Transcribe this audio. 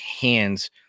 hands